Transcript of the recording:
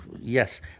Yes